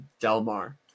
Delmar